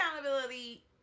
accountability